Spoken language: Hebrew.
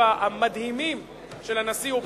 היו לי פה עוד הרבה ציטוטים מדבריו המדהימים של הנשיא אובמה.